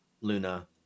Luna